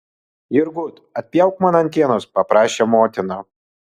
jurgut atpjauk man antienos paprašė motina